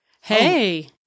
Hey